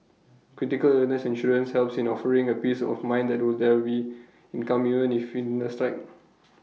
critical illness insurance helps in offering A peace of mind that will there be income even if illnesses strike